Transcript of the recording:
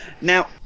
Now